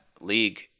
League